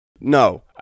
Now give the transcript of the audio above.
No